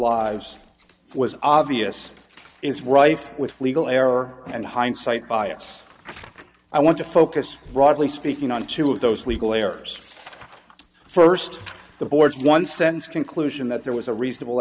lives was obvious is rife with legal error and hindsight bias i want to focus broadly speaking on two of those legal errors first the board's one sense conclusion that there was a reasonable